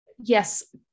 yes